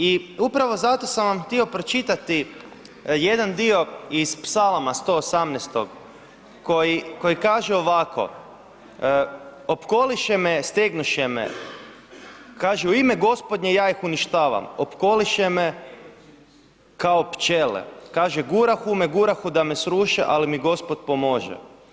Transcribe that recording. I upravo zato sam vam htio pročitati jedan dio iz Psalama 118. koji kaže ovako „Opkoliše me stegnuše me“, kažu „ u ime Gospodnje ja ih uništavam, opkoliše me kao pčele“, kažu „gurahu me, gurahu da me sruše, ali mi Gospod pomože.